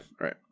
right